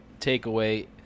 takeaway